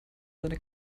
seine